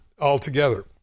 altogether